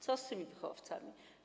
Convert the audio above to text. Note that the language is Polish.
Co z tymi wychowawcami?